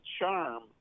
charm